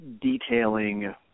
detailing